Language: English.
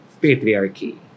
patriarchy